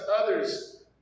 others